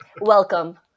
Welcome